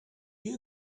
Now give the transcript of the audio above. you